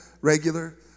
regular